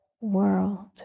world